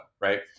Right